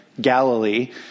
Galilee